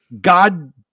God